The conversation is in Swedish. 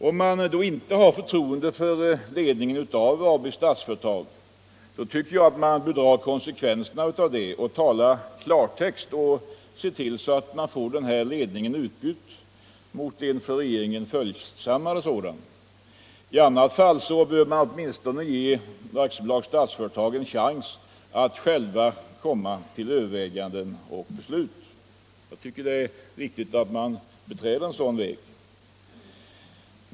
Om man nu inte har förtroende för ledningen av Statsföretag AB tycker jag att man bör ta konsekvenserna av det, tala klartext och se till att få ledningen utbytt mot en i förhållande till regeringen följsammare sådan. I annat fall bör man åtminstone ge Statsföretag AB en chans att självt komma till överväganden och beslut. Jag tycker det är riktigt att man beträder en sådan väg.